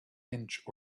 inch